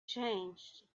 changed